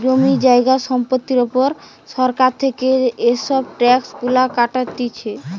জমি জায়গা সম্পত্তির উপর সরকার থেকে এসব ট্যাক্স গুলা কাটতিছে